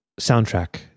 soundtrack